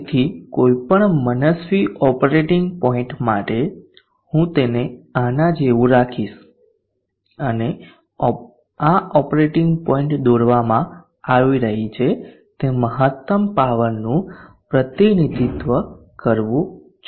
તેથી કોઈપણ મનસ્વી ઓપરેટિંગ પોઇન્ટ માટે હું તેને આના જેવું રાખીશ અને આ ઓપરેટિંગ પોઇન્ટ દોરવામાં આવી રહી છે તે મહત્તમ પાવરનું પ્રતિનિધિત્વ કરવું જોઈએ